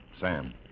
Sam